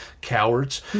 Cowards